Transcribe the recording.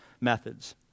methods